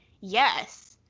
yes